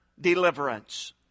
deliverance